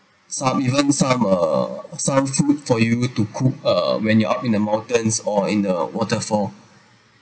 some even some uh some food for you to cook uh when you're up in the mountains or in the waterfall